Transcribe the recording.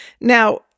Now